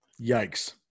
Yikes